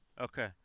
Okay